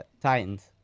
Titans